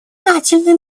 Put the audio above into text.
признательны